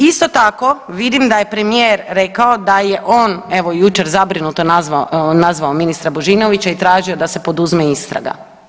Isto tako vidim da je premijer rekao da je on evo jučer zabrinuto nazvao, nazvao ministra Božinovića i tražio da se poduzme istraga.